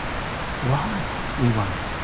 why? we wondered.